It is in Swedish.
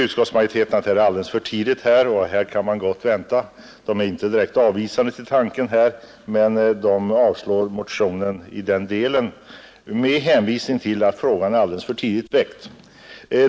Utskottsmajoriteten ställer sig inte direkt avvisande till tanken men avslår motionen i denna del med hänvisning till att frågan är för tidigt väckt.